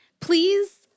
Please